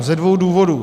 Ze dvou důvodů.